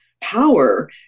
power